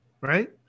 Right